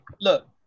look